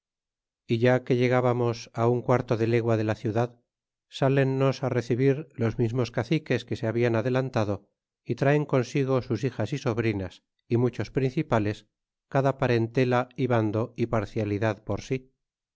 é ya que llegábamos á un quarto de legua de la ciudad salennos recebir los mismos caciques que se habian adelantado y traen consigo sus hijas y sobrinas y muchos principales cada parentela y vando y parcialidad por si